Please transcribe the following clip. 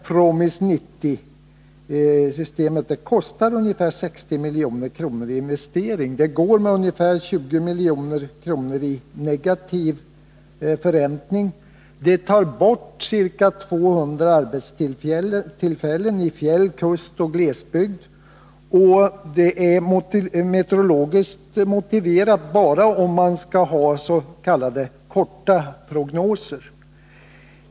PROMIS 90-systemet kostar ungfär 60 milj.kr. i investering, det går med ungefär 20 milj.kr. i negativ förräntning, det tar bort ca 200 arbetstillfällen i fjäll-, kustoch glesbygd och det är meterologiskt motiverat bara om man skall ha s.k. korta prognoser.